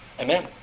Amen